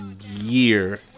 year